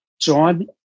John